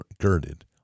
girded